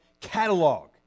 catalog